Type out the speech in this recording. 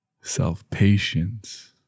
self-patience